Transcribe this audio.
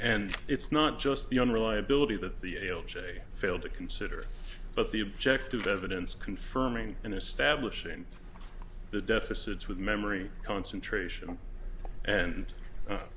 and it's not just the unreliability that the ail j failed to consider but the objective evidence confirming and establishing the deficit's with memory concentration and